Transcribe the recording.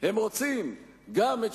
הם רוצים גם מדינה פלסטינית בירדן,